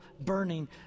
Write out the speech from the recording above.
burning